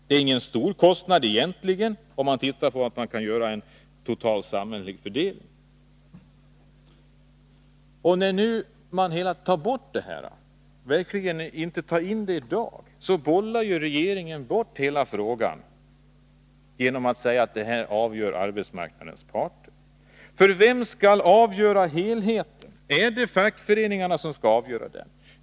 Det är egentligen ingen stor kostnad, med tanke på att man kan göra en total samhällelig fördelning. Men regeringen tar i dag inte in detta utan bollar bort hela frågan genom att säga att detta avgör arbetsmarknadens parter. Vem skall avgöra helheten? Är det fackföreningarna som skall avgöra den?